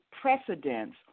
precedence